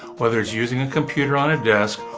whether it's using a computer on a desk,